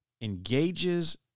engages